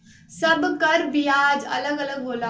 सब कर बियाज अलग अलग होला